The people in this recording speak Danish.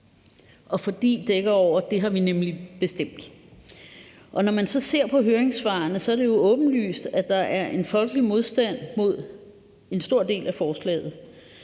»Fordi« dækker over, at det har man nemlig bestemt. Når man så ser på høringssvarene, er det åbenlyst, at der er en folkelig modstand mod en stor del af forslaget